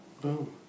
Boom